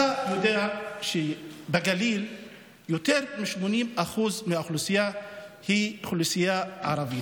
אתה יודע שבגליל יותר מ-80% מהאוכלוסייה היא אוכלוסייה ערבית.